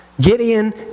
Gideon